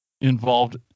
involved